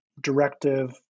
directive